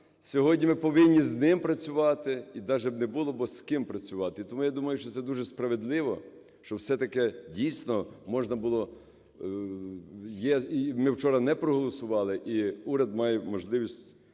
сьогодні ми повинні з ним працювати і даже би не було, з ким працювати. І тому я думаю, що це дуже справедливо, що все-таки дійсно можна було… І ми вчора не проголосували, і уряд має можливість